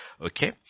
okay